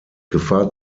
gefahr